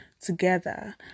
together